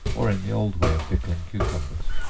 or in the old way of pickling cucumbers.